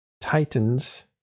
Titans